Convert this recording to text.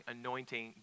anointing